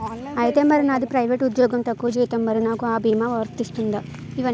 ఐతే మరి నాది ప్రైవేట్ ఉద్యోగం తక్కువ జీతం మరి నాకు అ భీమా వర్తిస్తుందా?